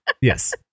Yes